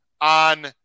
on